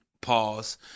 pause